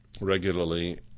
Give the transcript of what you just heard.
regularly